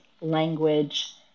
language